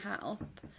help